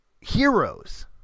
heroes